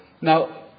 Now